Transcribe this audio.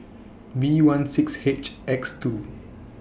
V one six H X two